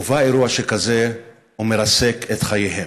ובא אירוע שכזה ומרסק את חייהם.